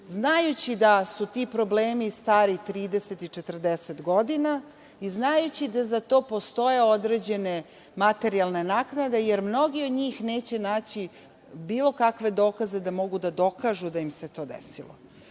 znajući da su ti problemi stari 30 i 40 godina i znajući da za to postoje određene materijalne naknade, jer mnogi od njih neće naći bilo kakve dokaze da mogu da dokažu da im se to